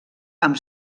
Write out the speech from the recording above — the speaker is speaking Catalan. amb